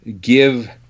give